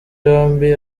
yombi